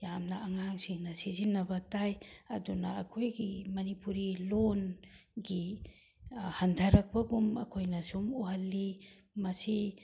ꯌꯥꯝꯅ ꯑꯉꯥꯡꯁꯤꯡꯅ ꯁꯤꯖꯤꯟꯅꯕ ꯇꯥꯏ ꯑꯗꯨꯅ ꯑꯩꯈꯣꯏꯒꯤ ꯃꯅꯤꯄꯨꯔꯤ ꯂꯣꯟꯒꯤ ꯍꯟꯊꯔꯛꯄꯒꯨꯝ ꯑꯩꯈꯣꯏꯅ ꯁꯨꯝ ꯎꯍꯜꯂꯤ ꯃꯁꯤ